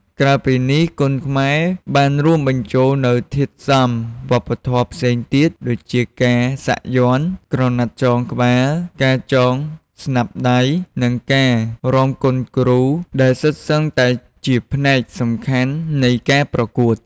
ក្រៅពីនេះ គុនខ្មែរបានរួមបញ្ចូលនូវធាតុផ្សំវប្បធម៌ផ្សេងទៀត ដូចជាការសាក់យ័ន្ត ក្រណាត់ចងក្បាល ការចងស្នាប់ដៃ និងការរាំគុនគ្រូ ដែលសុទ្ធសឹងតែជាផ្នែកសំខាន់នៃការប្រកួត។